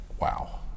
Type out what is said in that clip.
Wow